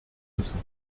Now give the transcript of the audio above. müssen